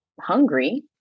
hungry